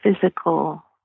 physical